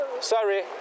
Sorry